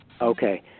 Okay